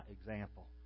example